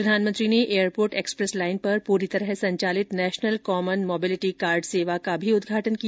प्रधानमंत्री ने airport express line पर पूरी तरह संचालित नेशनल कॉमन मोबिलिटी कार्ड सेवा का भी उदघाटन किया